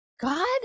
God